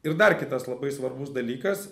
ir dar kitas labai svarbus dalykas